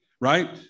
right